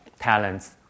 Talents